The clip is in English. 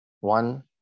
One